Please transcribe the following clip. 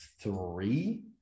three